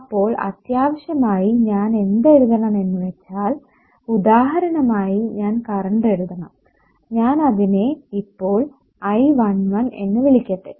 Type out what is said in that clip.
അപ്പോൾ അത്യാവശ്യമായി ഞാൻ എന്ത് എഴുതണം എന്ന് വെച്ചാൽ ഉദാഹരണമായി ഞാൻ കറണ്ട് എഴുതണം ഞാൻ അതിനെ ഇപ്പോൾ I11 എന്ന് വിളിക്കട്ടെ